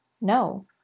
no